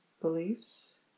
beliefs